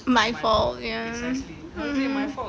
my fault ya mmhmm